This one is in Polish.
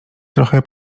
trochę